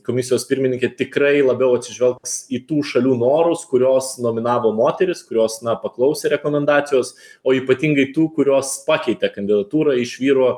komisijos pirmininkė tikrai labiau atsižvelgs į tų šalių norus kurios nominavo moteris kurios na paklausė rekomendacijos o ypatingai tų kurios pakeitė kandidatūrą iš vyro